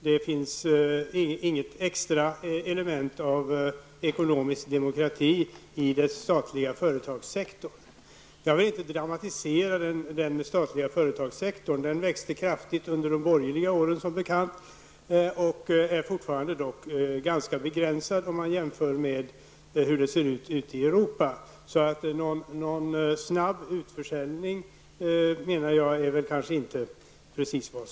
Det finns inget extra element av ekonomisk demokrati i den statliga företagssektorn. Jag vill inte dramatisera den statliga företagssektorn. Den växte kraftigt under de borgerliga åren och är fortfarande ganska begränsad jämfört med hur det ser ut i Europa. Någon snabb utförsäljning, menar jag, är inte önskvärd.